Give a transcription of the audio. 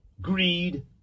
greed